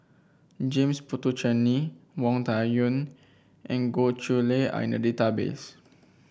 James Puthucheary Wang Dayuan and Goh Chiew Lye are in the database